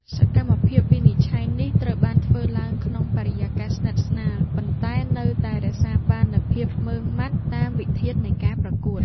សកម្មភាពវិនិច្ឆ័យនេះត្រូវបានធ្វើឡើងក្នុងបរិយាកាសស្និទ្ធស្នាល ប៉ុន្តែនៅតែរក្សាបាននូវភាពម៉ឺងម៉ាត់តាមវិធាននៃការប្រកួត។